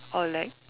or like